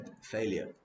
failure